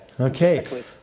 Okay